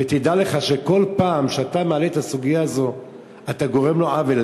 תדע לך שכל פעם שאתה מעלה את הסוגיה הזאת אתה גורם לו עוול,